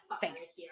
face